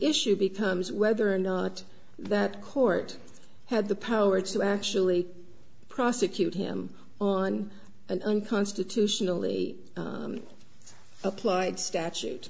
issue becomes whether or not that court had the power to actually prosecute him on and unconstitutionally applied statute